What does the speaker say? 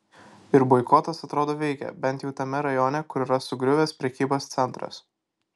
ir boikotas atrodo veikia bent jau tame rajone kur yra sugriuvęs prekybos centras